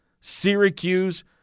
Syracuse